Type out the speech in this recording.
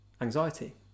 anxiety